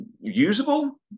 usable